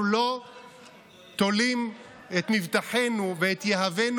אנחנו לא תולים את מבטחנו ואת יהבנו